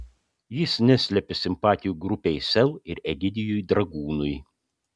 jis neslepia simpatijų grupei sel ir egidijui dragūnui